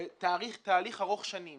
תהליך ארוך שנים